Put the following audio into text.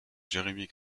jeremy